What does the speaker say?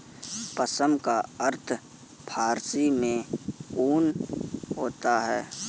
पश्म का अर्थ फारसी में ऊन होता है